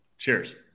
Cheers